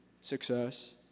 Success